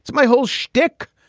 my whole shtick.